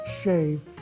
shave